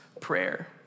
prayer